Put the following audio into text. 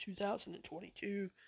2022